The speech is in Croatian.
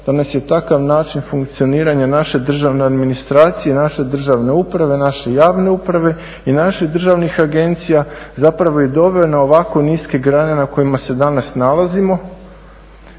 da nas je takav način funkcioniranja naše državne administracije, naše državne uprave, naše javne uprave i naših državnih agencija zapravo i doveo na ovako niske grane na kojima se danas nalazimo.